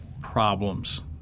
problems